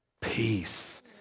peace